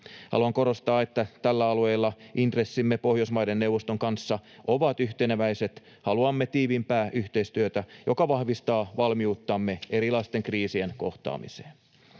Haluan korostaa, että tällä alueella intressimme Pohjoismaiden neuvoston kanssa ovat yhteneväiset: haluamme tiiviimpää yhteistyötä, joka vahvistaa valmiuttamme erilaisten kriisien kohtaamiseen.